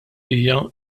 hija